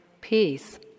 peace